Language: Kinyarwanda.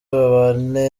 babane